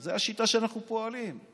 זו השיטה שאנחנו פועלים בה.